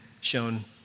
shown